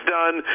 done